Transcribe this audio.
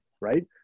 Right